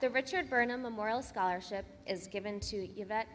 the richard burnham memorial scholarship is given to give that